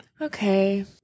Okay